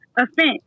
offense